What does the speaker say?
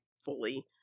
fully